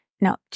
No